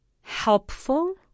helpful